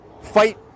fight